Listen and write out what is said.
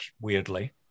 weirdly